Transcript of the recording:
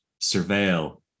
surveil